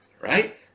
right